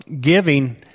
giving